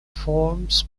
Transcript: forms